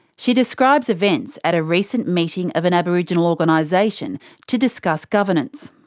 she describes events at a recent meeting of an aboriginal organisation to discuss governance.